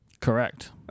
Correct